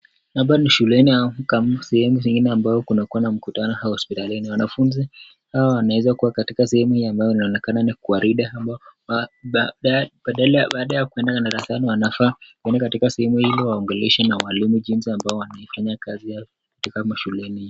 Hapa ni shuleni au mkamu sehemu zingine ambapo kuanakuanga na mkutano au hospitalini, wanafunzi hawa wanaweza kuwa katika sehemu hii ambayo inaonekana ni gwaride, baada ya kuenda madarasani wanafaa kurudi katika sehemu hii ili waongeleshwe na walimu jinsi ambao wanafanya kazi yao katika mashuleni.